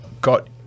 got